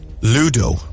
Ludo